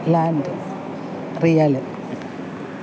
land riyal